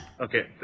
okay